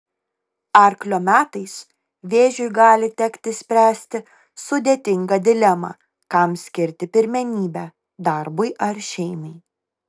arklio metais vėžiui gali tekti spręsti sudėtingą dilemą kam skirti pirmenybę darbui ar šeimai